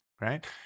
right